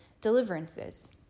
deliverances